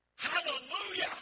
Hallelujah